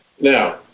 now